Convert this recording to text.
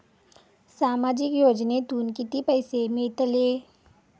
सामाजिक योजनेतून किती पैसे मिळतले?